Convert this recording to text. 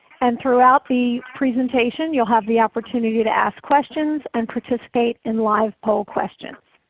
and throughout the presentation you will have the opportunity to ask questions and participate in live poll questions.